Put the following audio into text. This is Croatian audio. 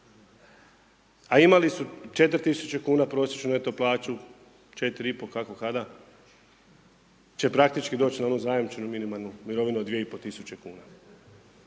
a imali su 4000 kuna prosječnu neto plaću, 4500, kako kada, će praktički doći na onu zajamčenu minimalnu mirovinu od 2500 kuna,